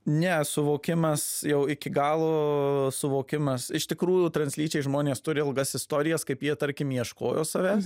ne suvokimas jau iki galo suvokimas iš tikrųjų translyčiai žmonės turi ilgas istorijas kaip jie tarkim ieškojo savęs